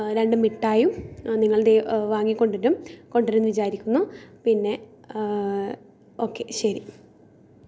നമ്മുടെ ജീവിതത്തിൽ എല്ലാ പ്രശ്നങ്ങൾക്കും എല്ലാ പരിഹാരവും യൂട്യൂബ് നൽകാറുണ്ട് നമുക്ക് എന്ത് പ്രശ്നമുണ്ടോ നമുക്ക് അത് സഹായിക്കാനായി യുട്യൂബിൽ എല്ലാം പറഞ്ഞ് തരുന്ന കുറേ ആൾക്കാരുണ്ട്